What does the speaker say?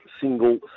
single